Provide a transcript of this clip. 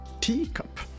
teacup